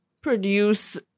produce